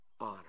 honor